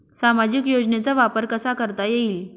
सामाजिक योजनेचा वापर कसा करता येईल?